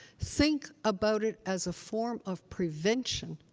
think about it as a form of prevention.